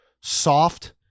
soft